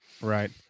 Right